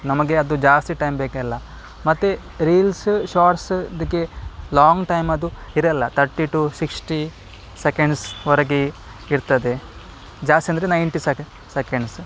ನಮಗೆ ಅದು ಜಾಸ್ತಿ ಟೈಮ್ ಬೇಕಿಲ್ಲ ಮತ್ತೆ ರೀಲ್ಸ್ ಶಾರ್ಟ್ಸ್ ಇದಕ್ಕೆ ಲಾಂಗ್ ಟೈಮ್ ಅದು ಇರೋಲ್ಲ ಥರ್ಟಿ ಟು ಸಿಕ್ಸ್ಟಿ ಸೆಕೆಂಡ್ಸ್ವರಗೆ ಇರ್ತದೆ ಜಾಸ್ತಿ ಅಂದರೆ ನೈಂಟಿ ಸೆಕೆನ್ ಸೆಕೆಂಡ್ಸ್